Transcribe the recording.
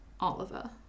oliver